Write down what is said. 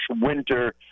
winter